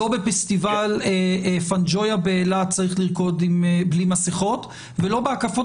לא בפסטיבל פאנג'ויה באילת צריך לרקוד בלי מסכות ולא בהקפות